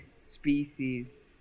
species